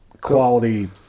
quality